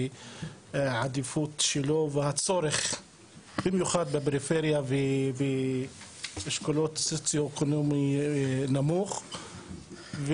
והעדיפות שלו והצורך במיוחד בפריפריה ובאשכולות סוציואקונומיים נמוכים.